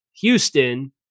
houston